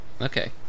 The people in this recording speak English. Okay